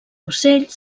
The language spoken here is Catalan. ocells